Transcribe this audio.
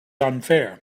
unfair